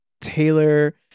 Taylor